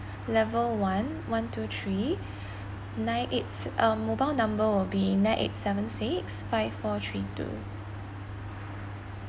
level one one two three nine eight se~ um mobile number will be nine eight seven six five four three two